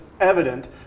evident